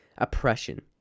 Oppression